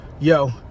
yo